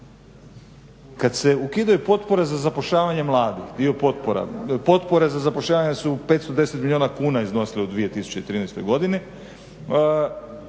Kad se ukidaju potpore za zapošljavanje mladih, dio potpora, potpore za zapošljavanje su 510 milijuna kuna iznosile u 2013. godini,